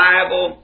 Bible